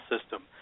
system